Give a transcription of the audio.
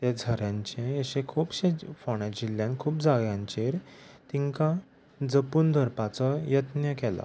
ते झऱ्यांचेय अशे खुबशे फोण्यां जिल्ल्ल्यान खूब जाग्यांचेर तांकां जपून दरपाचोय यत्न केला